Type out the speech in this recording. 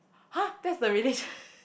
!huh! that's the relation